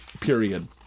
period